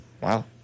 Wow